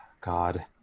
God